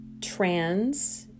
trans